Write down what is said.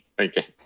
Okay